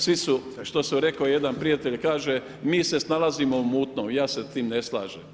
Svi su što je rekao jedan prijatelj, kaže: „Mi se snalazimo u mutnom.“ Ja se s time ne slažem.